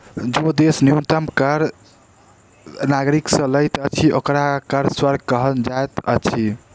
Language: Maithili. जे देश न्यूनतम कर नागरिक से लैत अछि, ओकरा कर स्वर्ग कहल जाइत अछि